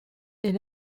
est